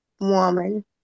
woman